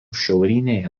šiaurinėje